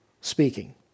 speaking